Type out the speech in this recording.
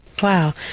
Wow